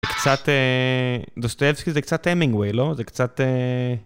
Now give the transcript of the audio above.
זה קצת דוסטייבסקי, זה קצת המינגווי, לא? זה קצת...